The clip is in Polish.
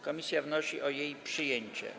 Komisja wnosi o jej przyjęcie.